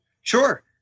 Sure